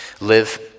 Live